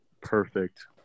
perfect